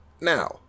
Now